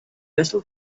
vessel